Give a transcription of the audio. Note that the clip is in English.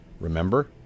remember